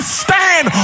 stand